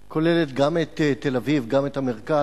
שכוללת גם את תל-אביב, גם את המרכז,